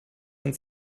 ans